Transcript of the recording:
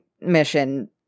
mission